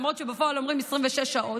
למרות שבפועל אומרים 26 שעות.